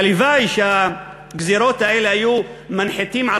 הלוואי שאת הגזירות האלה היו מנחיתים על